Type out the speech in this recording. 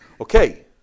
Okay